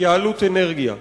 התייעלות אנרגיה.